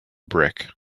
brick